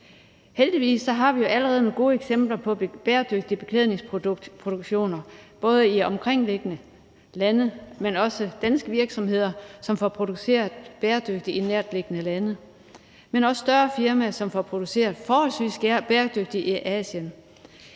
Heldigvis har vi allerede nogle gode eksempler på bæredygtige beklædningsproduktioner, både i de omkringliggende lande, men også i danske virksomheder – både dem, som får produceret bæredygtigt i nærtliggende lande, og de større firmaer, som får produceret forholdsvis bæredygtigt i Asien.